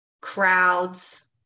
crowds